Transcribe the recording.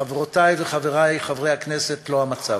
חברותי וחברי חברי הכנסת, לא המצב.